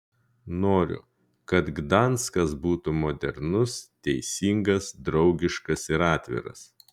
noriu kad gdanskas būtų modernus teisingas draugiškas ir atviras